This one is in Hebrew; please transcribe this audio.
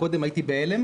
הייתי בהלם